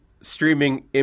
streaming